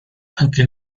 anche